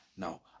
Now